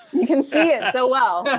you can see it so well.